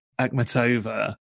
Akhmatova